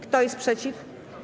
Kto jest przeciw?